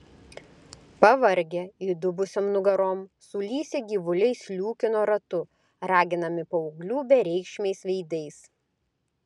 pavargę įdubusiom nugarom sulysę gyvuliai sliūkino ratu raginami paauglių bereikšmiais veidais